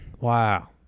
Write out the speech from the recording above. Wow